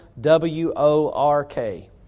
W-O-R-K